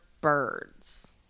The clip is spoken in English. birds